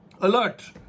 Alert